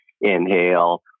inhale